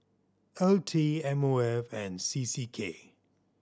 O T M O F and C C K